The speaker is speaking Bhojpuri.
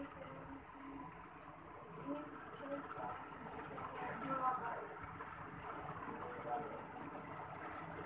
के.वाई.सी करवाये क जरूरत हर आदमी के पड़ेला बैंक में आदमी क पहचान वही से होला